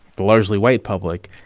the largely white public,